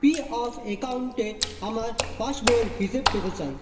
P F অ্যাকাউন্টে আমার পাসবইয়ের হিসেব পেতে চাই